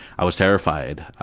i was terrified.